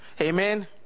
Amen